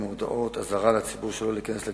3. האם יועמדו לדין האחראים למצב המסוכן?